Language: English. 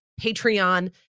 Patreon